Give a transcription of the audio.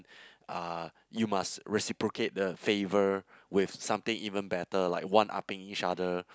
uh you must reciprocate the favor with something even better like one upping each other